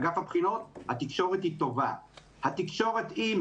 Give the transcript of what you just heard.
אגף הבחינות התקשורת היא טובה.